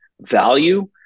value